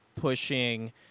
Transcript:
pushing